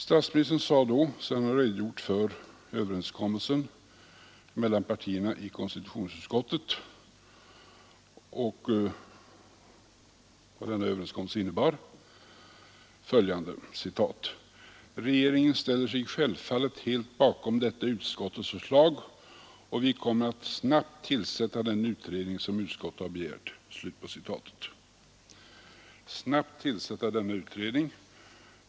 Statsministern sade då, sedan han redogjort för överenskommelsen mellan partierna i konstitutionsutskottet: ”Regeringen ställer sig självfallet helt bakom detta utskottets förslag, och vi kommer att snabbt tillsätta den utredning som utskottet har begärt.” ”Snabbt tillsätta” denna utredning!